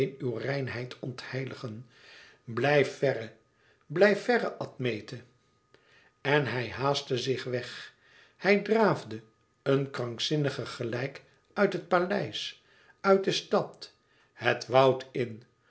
uw reinheid ontheiligen blijf verre blijf verre admete en hij haastte zich weg hij draafde een krankzinnige gelijk uit het paleis uit de stad het woud in